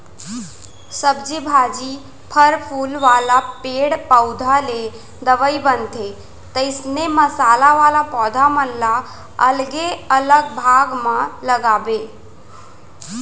सब्जी भाजी, फर फूल वाला पेड़ पउधा ले दवई बनथे, तइसने मसाला वाला पौधा मन ल अलगे अलग भाग म लगाबे